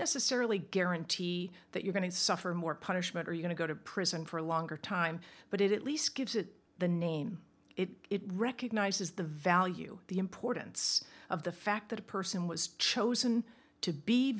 necessarily guarantee that you're going to suffer more punishment are you going to go to prison for a longer time but it at least gives it the name it recognizes the value the importance of the fact that a person was chosen to be